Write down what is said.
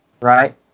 Right